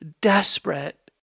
desperate